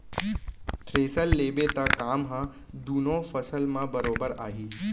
thresher लेबे त काम ह दुनों फसल म बरोबर आही